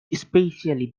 especially